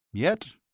yet,